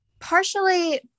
partially